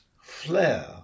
flare